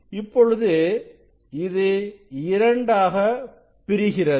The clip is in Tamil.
இப்பொழுது இது இரண்டாக பிரிகிறது